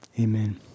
amen